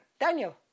Daniel